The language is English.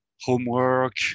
Homework